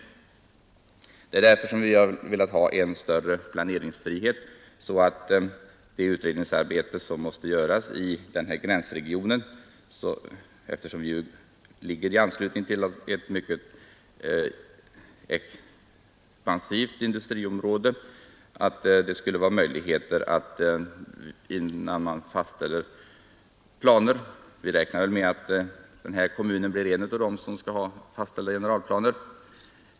Vi har velat ha en större planeringsfrihet i det utvecklingsarbete som skall göras i den här gränsregionen. Den ligger i anslutning till ett mycket expansivt industriområde. Vi måste räkna med att kommunen blir en av dem som får arbeta med fastställd generalplan.